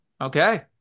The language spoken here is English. Okay